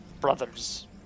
Brothers